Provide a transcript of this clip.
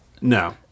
no